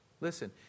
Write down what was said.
Listen